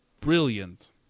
brilliant